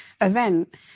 event